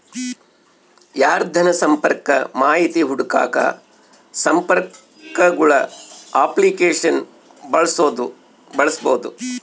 ಯಾರ್ದನ ಸಂಪರ್ಕ ಮಾಹಿತಿ ಹುಡುಕಾಕ ಸಂಪರ್ಕಗುಳ ಅಪ್ಲಿಕೇಶನ್ನ ಬಳಸ್ಬೋದು